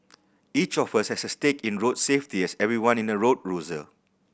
each of us has a stake in road safety as everyone in a road user